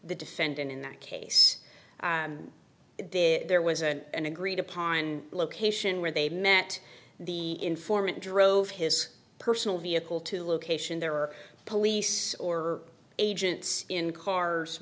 the defendant in that case there was an agreed upon location where they met the informant drove his personal vehicle to a location there are police or agents in cars